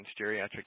geriatric